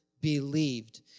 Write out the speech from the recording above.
believed